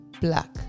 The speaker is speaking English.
black